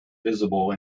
visible